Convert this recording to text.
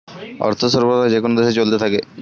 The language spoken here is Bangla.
অর্থ সরবরাহ যেকোন দেশে চলতে থাকে